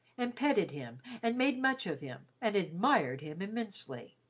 and petted him, and made much of him and admired him immensely.